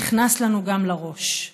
נכנס לנו גם לראש.